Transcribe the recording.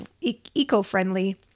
eco-friendly